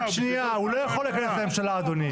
רק שנייה, הוא לא יכול לכנס את הממשלה אדוני.